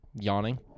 Yawning